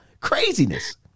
craziness